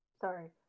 Sorry